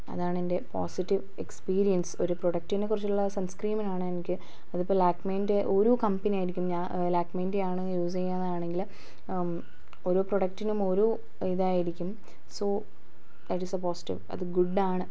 അതാണ് എൻ്റെ positive experience ഒരു പ്രൊഡക്റ്റിനെ കുറിച്ചുള്ള സൺസ്ക്രീമിനാണ് എനിക്ക് അതിപ്പോൾ ലാക്മിൻ്റെ ഓരോ കമ്പനിയായിരിക്കും ഞാൻ ലാക്മിൻ്റെ ആണ് യൂസ് ചെയ്യുന്നാണെങ്കിൽ ഓരോ പ്രൊഡക്റ്റിനും ഓരോ ഇതായിരിക്കും so that is the positive അത് ഗുഡ് ആണ്